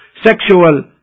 sexual